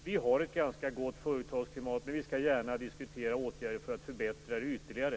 Vi har ett ganska gott företagsklimat, men vi skall gärna diskutera åtgärder för att förbättra det ytterligare.